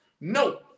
No